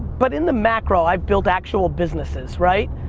but in the macro, i've built actual businesses, right?